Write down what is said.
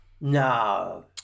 No